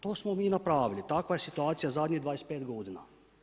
To smo mi napravili, takva je situacija zadnjih 25 godina.